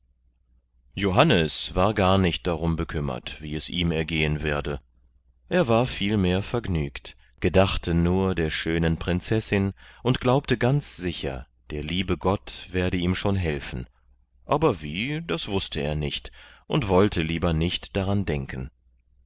johannes war gar nicht darum bekümmert wie es ihm ergehen werde er war vielmehr vergnügt gedachte nur der schönen prinzessin und glaubte ganz sicher der liebe gott werde ihm schon helfen aber wie das wußte er nicht und wollte lieber nicht daran denken